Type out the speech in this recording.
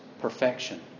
perfection